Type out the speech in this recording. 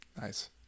Nice